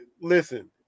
listen